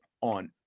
on